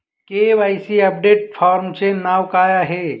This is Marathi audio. के.वाय.सी अपडेट फॉर्मचे नाव काय आहे?